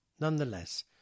Nonetheless